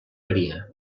variar